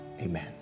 Amen